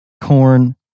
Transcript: corn